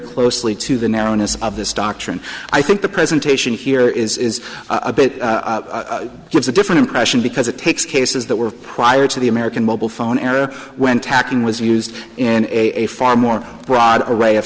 closely to the narrowness of this doctrine i think the presentation here is a bit gives a different impression because it takes cases that were prior to the american mobile phone era when tackling was used in a far more broad array of